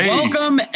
Welcome